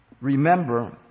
remember